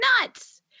nuts